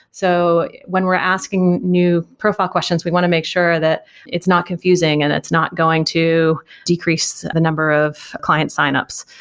so when we're asking new profile questions, we want to make sure that it's not confusing and it's not going to decrease the number of client signups.